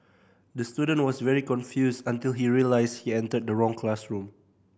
the student was very confused until he realised he entered the wrong classroom